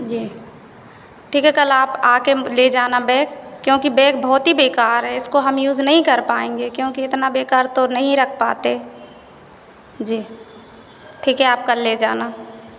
जी ठीक है कल आप आकर ले जाना बैग क्योंकि बेग बहुत ही बेकार है इसको हम यूज़ नहीं कर पाएँगे क्योंकि इतना बेकार तो नहीं रख पाते जी ठीक है आप कल ले जाना